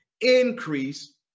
Increase